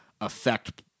affect